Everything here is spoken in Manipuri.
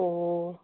ꯑꯣ